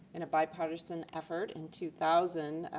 in a bipartisan effort in two thousand,